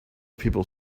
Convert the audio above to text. people